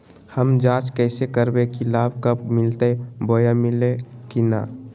हम जांच कैसे करबे की लाभ कब मिलते बोया मिल्ले की न?